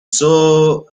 saw